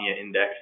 index